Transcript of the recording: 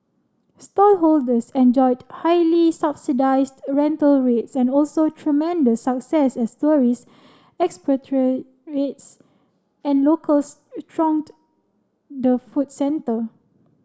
stallholders enjoyed highly subsidised rental rates and also tremendous success as tourists expatriates and locals thronged the food centre